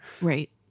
Right